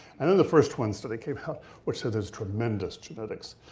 and then the first twin study came out which said there's tremendous genetics.